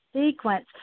sequence